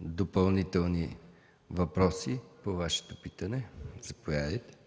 допълнителни въпроси по Вашето питане? Заповядайте.